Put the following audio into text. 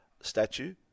statue